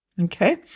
Okay